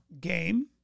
game